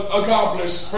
accomplished